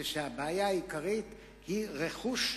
מפני שהבעיה העיקרית היא רכוש,